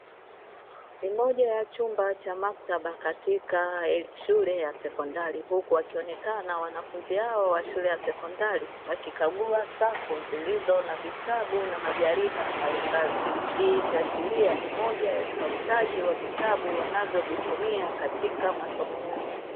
Ni moja ya chumba cha maktaba katika shule ya sekondari. Huku wakionekana wanafunzi wao wa shule ya sekondari wakikagua safu zilizo na vitabu na majarida mbalimbali. Hii ikiashiria ni moja ya utafutaji wa vitabu wanavyovutumia katika masomo yao.